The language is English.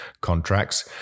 contracts